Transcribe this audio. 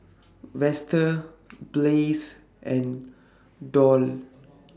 Vester Blaise and Doll